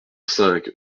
cinq